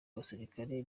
abasirikare